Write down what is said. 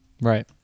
Right